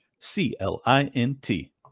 c-l-i-n-t